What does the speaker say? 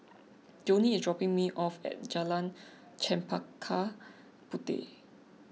Joni is dropping me off at Jalan Chempaka Puteh